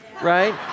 right